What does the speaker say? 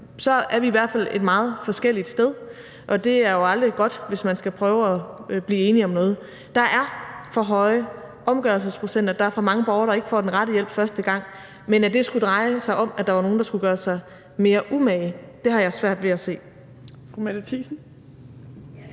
er vi i hvert fald to meget forskellige steder. Det er jo aldrig godt, hvis man skal prøve at blive enige om noget. Der er for høje omgørelsesprocenter, og der er for mange borgere, der ikke kan få den rette hjælp første gang, men at det skulle dreje sig om, at der var nogen, der skulle gøre sig mere umage, har jeg svært ved at se.